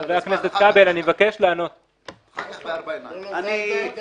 --- חבר הכנסת כבל, אני מבקש לענות.